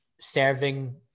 serving